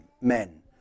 men